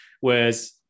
Whereas